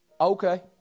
okay